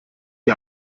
die